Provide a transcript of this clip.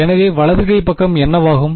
எனவே வலது கை பக்கம் என்னவாகும்